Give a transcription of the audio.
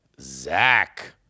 Zach